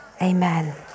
Amen